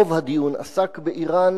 רוב הדיון עסק באירן.